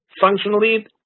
functionally